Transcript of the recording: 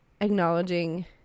acknowledging